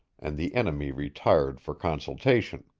and the enemy retired for consultation.